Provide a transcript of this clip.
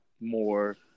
more